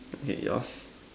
okay yours